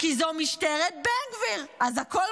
הן